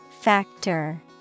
Factor